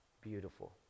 beautiful